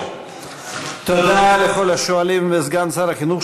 תודה לכל השואלים ולסגן שר החינוך,